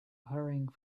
hurrying